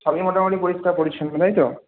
সবই মোটামুটি পরিষ্কার পরিচ্ছন্ন তাই তো